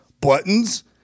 buttons